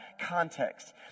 context